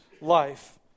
life